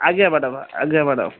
ଆଜ୍ଞା ମ୍ୟାଡ଼ମ୍ ଆଜ୍ଞା ମ୍ୟାଡ଼ମ୍